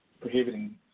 prohibiting